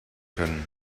können